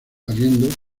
habiendo